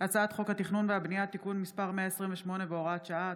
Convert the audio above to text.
הצעת חוק התכנון והבנייה (תיקון מס' 128 והוראת שעה),